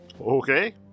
Okay